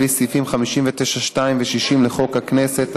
לפי סעיפים 59(2) ו-60 לחוק הכנסת,